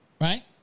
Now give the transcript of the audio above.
Right